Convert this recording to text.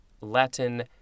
Latin